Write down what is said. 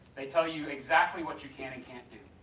they tell you exactly what you can and can't do.